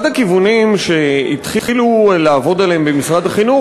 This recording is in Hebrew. אחד הכיוונים שהתחילו לעבוד עליהם במשרד החינוך